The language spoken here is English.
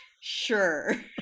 Sure